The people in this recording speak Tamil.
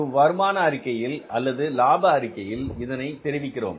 ஒரு வருமான அறிக்கையில் அல்லது லாப அறிக்கையில் இதனை தெரிவிக்கிறோம்